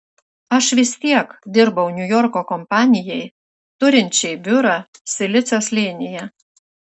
aš vis tiek dirbau niujorko kompanijai turinčiai biurą silicio slėnyje